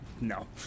No